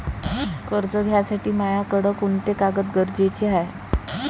कर्ज घ्यासाठी मायाकडं कोंते कागद गरजेचे हाय?